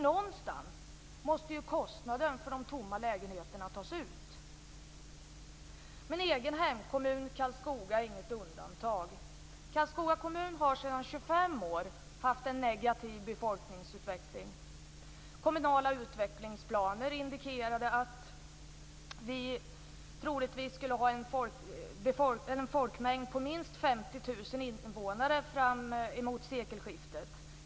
Någonstans måste ju kostnaden för de tomma lägenheterna tas ut. Min egen hemkommun Karlskoga är inget undantag. Karlskoga kommun har sedan 25 år haft en negativ befolkningsutveckling. Kommunala utvecklingsplaner indikerade att vi troligtvis skulle ha en folkmängd på minst 50 000 invånare framemot sekelskiftet.